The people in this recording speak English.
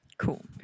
Cool